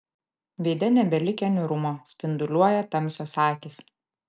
veide nebelikę niūrumo spinduliuoja tamsios akys